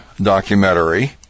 documentary